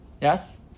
Yes